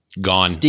gone